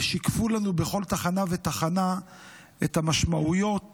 ושיקפו לנו בכל תחנה ותחנה את המשמעויות